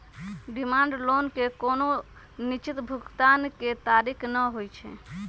demand loan के कोनो निश्चित भुगतान के तारिख न होइ छइ